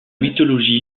mythologie